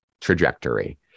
trajectory